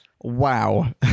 wow